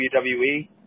WWE